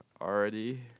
Already